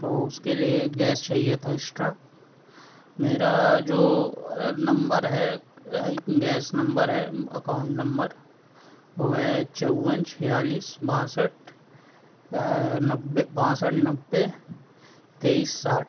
تو اس کے لیے گیس چاہیے تھا ایکسٹرا میرا جو نمبر ہے گیس نمبر ہے اکاؤنٹ نمبر وہ ہے چون چھیالیس باسٹھ نبے باسٹھ نبے تیئیس ساٹھ